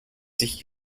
sich